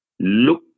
look